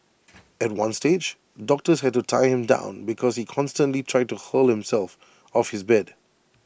at one stage doctors had to tie him down because he constantly tried to hurl himself off his bed